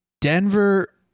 Denver